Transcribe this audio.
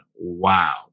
wow